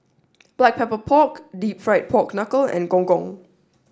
Black Pepper Pork Deep Fried Pork Knuckle and Gong Gong